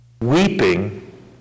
weeping